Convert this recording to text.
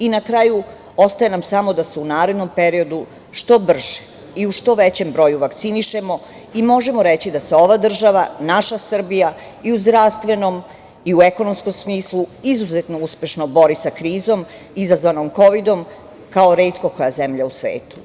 Na kraju, ostaje nam samo da se u narednom periodu što brže i u što većem broju vakcinišemo i možemo reći da se ova država, naša Srbija, i u zdravstvenom i u ekonomskom smislu, izuzetno uspešno bori sa krizom izazvanom Kovidom, kao retko koja zemlja u svetu.